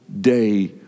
day